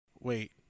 Wait